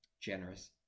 Generous